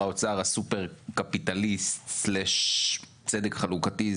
האוצר הסופר קפיטליסט סלש צדק חלוקתי,